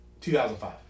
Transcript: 2005